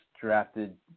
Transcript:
drafted